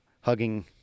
hugging